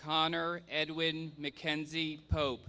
connor edwin mackenzie pope